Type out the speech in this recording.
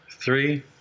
Three